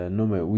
nome